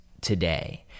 today